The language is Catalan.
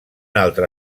altre